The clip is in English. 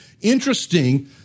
interesting